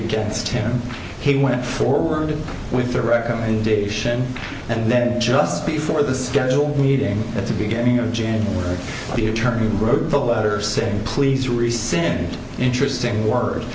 against him he went forward with their recommendation and then just before the scheduled meeting at the beginning of january the attorney wrote the letter saying please rescind interesting wor